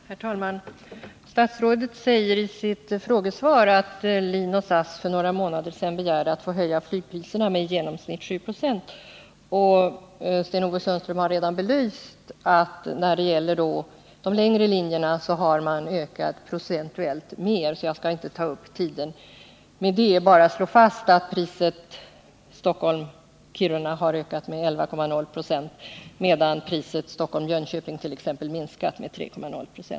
Herr talman! Statsrådet säger i sitt frågesvar att LIN och SAS för några månader sedan begärde att få höja flygpriserna med i genomsnitt 7 96. Sten-Ove Sundström har redan belyst att man höjt priserna ännu mer procentuellt när det gäller de längre sträckorna, varför jag inte skall ta upp tiden med detta. Jag vill bara slå fast att priset Stockholm-Kiruna har ökat med 11,0 96, medan t.ex. priset Stockholm-Jönköping sänkts med 3,0 96.